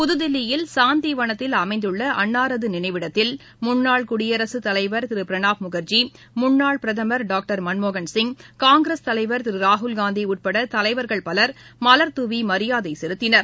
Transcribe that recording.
புதுதில்லியில் சாந்திவனத்தில் அமைந்தள்ளஅன்னாரதுநினைவிடத்தில் முன்னாள் குடியரசுத் தலைவா் திருபிரணாப் முக்ஜி முன்னாள் பிரதமர் டாக்டர் மன்மோகன்சிங் காங்கிரஸ் தலைவர் திருராகுல் காந்திஉட்படதலைவர்கள் பலர் மலர்தூவிமரியாதைசெலுத்தினர்